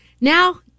Now